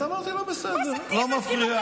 אמרתי לו: בסדר, לא מפריע.